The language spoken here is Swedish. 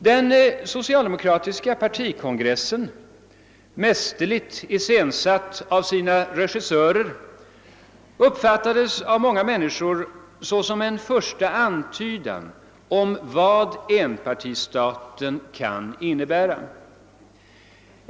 Den socialdemokratiska partikongressen, mästerligt iscensatt av sina regissörer, uppfattades av många människor som en första antydan om vad enpartistaten kan innebära.